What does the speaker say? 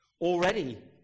Already